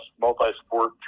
multi-sport